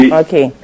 okay